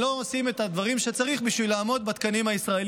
עושים את הדברים שצריך בשביל לעמוד בתקנים הישראליים,